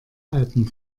alpen